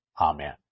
Amen